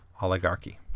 oligarchy